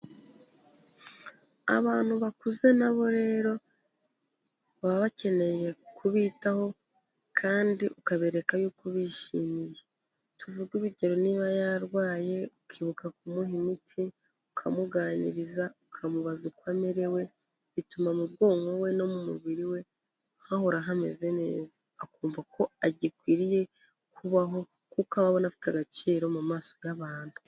Abantu bakuze nabo rero baba bakeneye kubitaho kandi ukabereka yuko ubishimiye, tuvuge urugero niba yarwaye ukibuka kumuha imiti, ukamuganiriza, ukamubaza uko amerewe, bituma mu bwonko we no mu mubiri we hahora hameze neza, akumva ko agikwiriye kubaho kuko aba abona afite agaciro mu maso y'abantu.